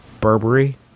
Burberry